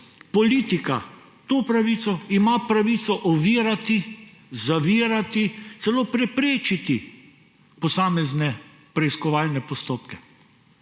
politika to pravico, ima pravico ovirati, zavirati, celo preprečiti posamezne preiskovalne postopke,